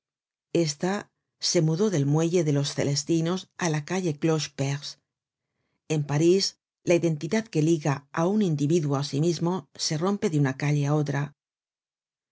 esta se mudó del muelle de los celestinos á la calle cloche perce en parís la identidad que liga á un individuo á sí mismo se rompe de una calle á otra